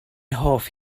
hoff